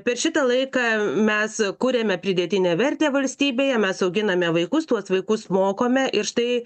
per šitą laiką mes kuriame pridėtinę vertę valstybėje mes auginame vaikus tuos vaikus mokome ir štai